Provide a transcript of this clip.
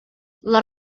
les